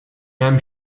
hemm